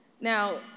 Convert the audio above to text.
Now